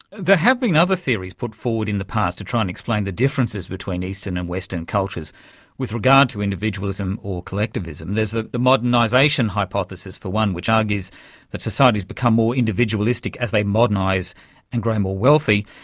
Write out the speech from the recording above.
have been other theories put forward in the past to try and explain the differences between eastern and western cultures with regard to individualism or collectivism. there's the the modernisation hypothesis, for one, which argues that societies become more individualistic as they modernise and grow more wealthy.